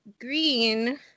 green